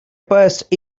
pierced